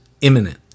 imminent